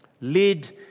led